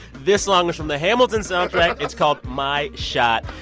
this song is from the hamilton soundtrack it's called my shot.